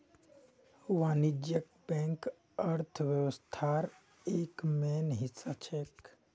वाणिज्यिक बैंक अर्थव्यवस्थार एक मेन हिस्सा छेक